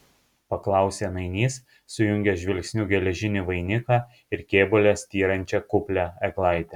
paklausė nainys sujungęs žvilgsniu geležinį vainiką ir kėbule styrančią kuplią eglaitę